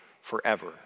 forever